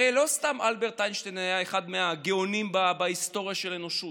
הרי לא סתם אלברט איינשטיין היה אחד מהגאונים בהיסטוריה של האנושות,